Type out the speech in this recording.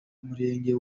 murenge